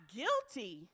guilty